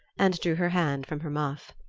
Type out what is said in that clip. and drew her hand from her muff.